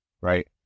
right